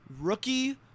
rookie